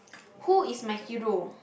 who is my hero